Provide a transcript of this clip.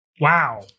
Wow